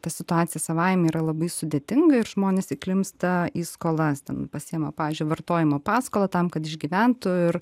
ta situacija savaime yra labai sudėtinga ir žmonės įklimpsta į skolas ten pasiima pavyzdžiui vartojimo paskolą tam kad išgyventų ir